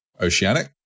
Oceanic